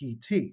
PT